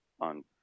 on